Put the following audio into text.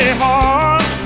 hard